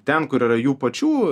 ten kur yra jų pačių